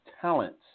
talents